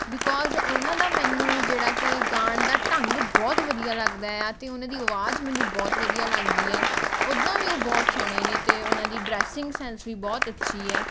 because ਉਹਨਾਂ ਦਾ ਮੈਨੂੰ ਜਿਹੜਾ ਕਿ ਗਾਉਣ ਦਾ ਢੰਗ ਬਹੁਤ ਵਧੀਆ ਲੱਗਦਾ ਆ ਅਤੇ ਉਹਨਾਂ ਦੀ ਆਵਾਜ਼ ਮੈਨੂੰ ਬਹੁਤ ਵਧੀਆ ਲੱਗਦੀ ਹੈ ਉੱਦਾਂ ਵੀ ਉਹ ਬਹੁਤ ਸੋਹਣੇ ਨੇ ਅਤੇ ਉਹਨਾਂ ਦੀ ਡਰੈਸਿੰਗ ਸੈਂਸ ਵੀ ਬਹੁਤ ਅੱਛੀ ਹੈ